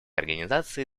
организации